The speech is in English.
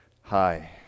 hi